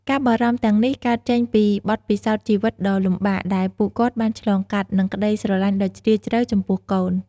ការបារម្ភទាំងនេះកើតចេញពីបទពិសោធន៍ជីវិតដ៏លំបាកដែលពួកគាត់បានឆ្លងកាត់ និងក្តីស្រឡាញ់ដ៏ជ្រាលជ្រៅចំពោះកូន។